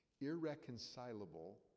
irreconcilable